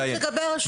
החינוך לעיין.